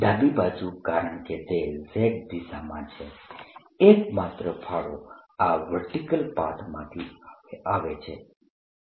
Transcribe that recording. ડાબી બાજુ કારણકે તે z દિશામાં છે એક માત્ર ફાળો આ વર્ટિકલ પાથ માંથી આવે છે